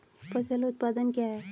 फसल उत्पादन क्या है?